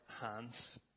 Hands